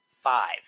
five